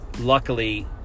Luckily